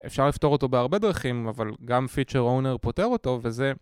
אפשר לפתור אותו בהרבה דרכים, אבל גם פיצ'ר אונר פותר אותו, וזה...